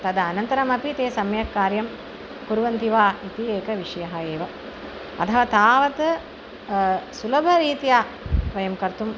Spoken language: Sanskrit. तद् अनन्तरमपि ते सम्यक् कार्यं कुर्वन्ति वा इति एकः विषयः एव अतः तावत् सुलभरीत्या वयं कर्तुम्